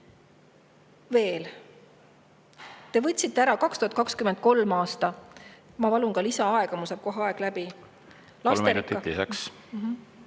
Veel. Te võtsite ära 2023. aastal … Ma palun ka lisaaega, mul saab kohe aeg läbi. Kolm minutit lisaks.